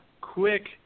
quick